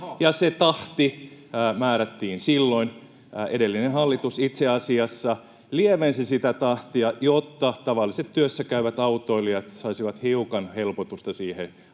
se tahti määrättiin silloin. Edellinen hallitus itse asiassa lievensi sitä tahtia, jotta tavalliset työssä käyvät autoilijat saisivat hiukan helpotusta siihen